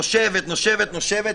נושבת ונושבת,